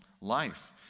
life